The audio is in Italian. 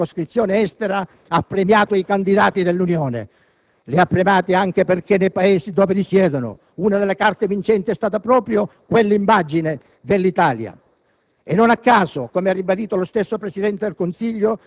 come e perché la maggioranza degli elettori nella circoscrizione Estero ha premiato candidati dell'Unione. Li ha premiati anche perché nei Paesi dove risiedono una delle carte vincenti è stata proprio quell'immagine dell'Italia.